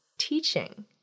teaching